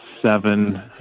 Seven